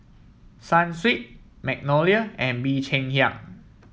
Sunsweet Magnolia and Bee Cheng Hiang